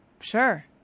Sure